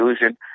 illusion